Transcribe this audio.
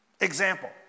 Example